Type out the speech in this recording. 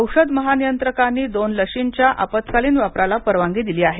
औषध महानियंत्रकांनी दोन लशींच्या आपत्कालीन वापरला परवानगी दिली आहे